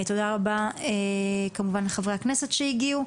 תודה רבה לחברי הכנסת שהגיעו.